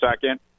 second